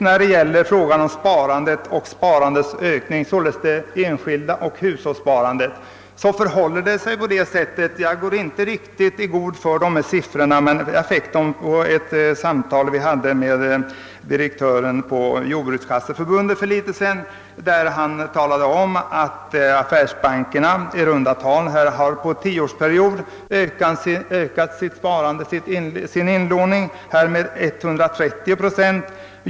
När det gäller frågan om ökningen av det enskilda sparandet och hushållssparandet vill jag nämna några siffror, som jag inte riktigt kan minnas i detalj men som jag har fått vid ett samtal som vi för en tid sedan hade med direktören för Jordbrukskasseförbundet. Han talade om att affärsbankerna under en tioårsperiod i runda tal ökat sin inlåning med 130 procent.